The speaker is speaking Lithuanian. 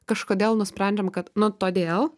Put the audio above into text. kažkodėl nusprendžiam kad nu todėl